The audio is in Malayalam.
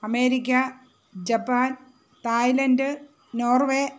America Japan Thailand Norway